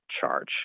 charge